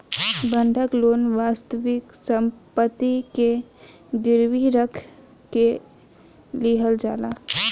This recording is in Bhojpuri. बंधक लोन वास्तविक सम्पति के गिरवी रख के लिहल जाला